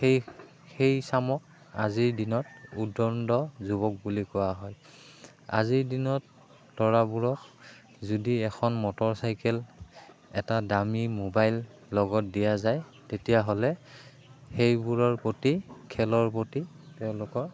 সেই সেই চামক আজিৰ দিনত উদ্বণ্ড যুৱক বুলি কোৱা হয় আজিৰ দিনত ল'ৰাবোৰক যদি এখন মটৰচাইকেল এটা দামী মোবাইল লগত দিয়া যায় তেতিয়াহ'লে সেইবোৰৰ প্ৰতি খেলৰ প্ৰতি তেওঁলোকৰ